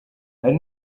hari